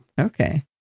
Okay